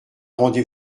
rendez